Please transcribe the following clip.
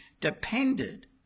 depended